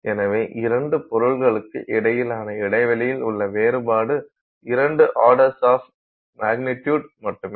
எனவே இரண்டு பொருள்களுக்கு இடையிலான இடைவெளியில் உள்ள வேறுபாடு 2 ஆர்டர்கள் ஆஃப் மேக்னெட்டியூட் மட்டுமே